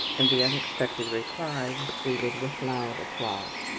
and the unexpected reply was greeted with loud applause.